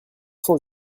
cent